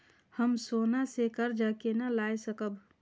हम सोना से कर्जा केना लाय सकब?